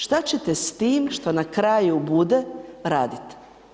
Šta će te s tim, što na kraju bude, radit?